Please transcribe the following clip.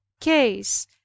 case